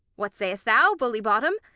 what sayest thou, bully bottom?